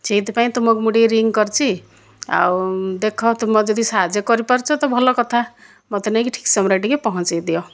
ସେହିଥିପାଇଁ ତୁମକୁ ମୁଁ ଟିକେ ରିଂ କରିଛି ଆଉ ଦେଖ ତୁମ ଯଦି ସାହାଯ୍ୟ କରିପାରୁଛ ତ ଭଲ କଥା ମୋତେ ନେଇକି ଠିକ ସମୟରେ ଟିକେ ପହଞ୍ଚାଇ ଦିଅ